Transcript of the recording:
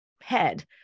head